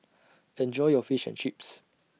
Enjoy your Fish and Chips